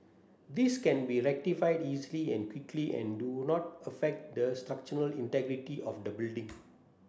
these can be rectified easily and quickly and do not affect the structural integrity of the building